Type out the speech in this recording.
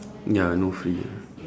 ya no free ah